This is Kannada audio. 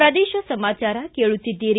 ಪ್ರದೇಶ ಸಮಾಚಾರ ಕೇಳುತ್ತೀದ್ದಿರಿ